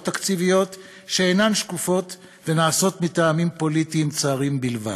תקציביות שאינן שקופות ונעשות מטעמים פוליטיים צרים בלבד.